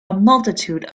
multitude